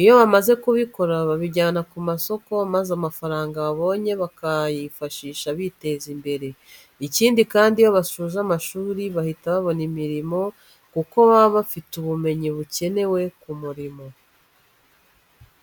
Iyo bamaze kubikora babijyana ku masoko maza amafaranga babonye bakayifashisha biteza imbere. Ikindi kandi, iyo basoje amashuri bahita babona imirimo kuko baba bafite ubumenyi bukenewe ku murimo.